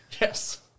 Yes